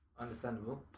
Understandable